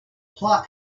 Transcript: plot